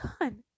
done